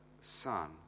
Son